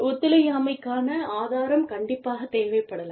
ஒத்துழையாமைக்கான ஆதாரம் கண்டிப்பாகத் தேவைப்படலாம்